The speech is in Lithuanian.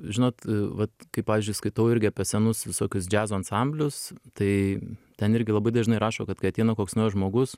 žinot vat kai pavyzdžiui skaitau irgi apie senus visokius džiazo ansamblius tai ten irgi labai dažnai rašo kad kai ateina koks nors žmogus